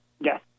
Yes